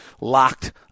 Locked